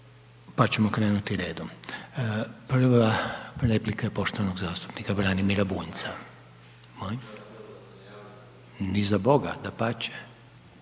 pa ćemo krenuti redom. Prva replika je poštovanog zastupnika Branimira Bunjca. …/Upadica: Ne razumije